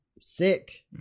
sick